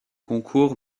concours